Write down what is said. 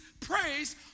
praise